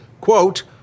quote